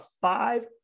five